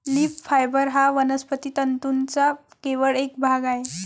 leaf fibre हा वनस्पती तंतूंचा केवळ एक भाग आहे